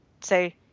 say